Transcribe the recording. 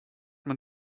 man